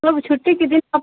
तब छुट्टी के दिन अब